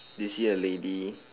do you see a lady